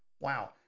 Wow